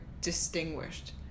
distinguished